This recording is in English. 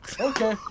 Okay